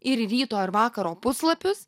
ir ryto ar vakaro puslapius